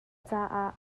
caah